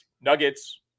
Nuggets